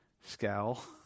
scowl